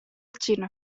xina